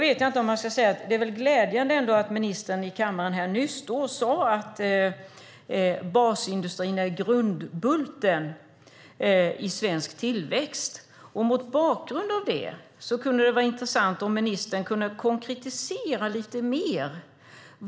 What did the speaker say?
Det är ändå glädjande att ministern i kammaren här nyss sade att basindustrin är grundbulten i svensk tillväxt. Mot bakgrund av detta skulle det vara intressant om ministern kunde konkretisera lite mer.